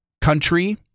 country